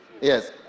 Yes